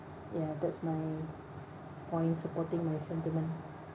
ya that's my point supporting my sentiment